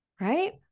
right